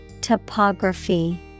Topography